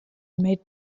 made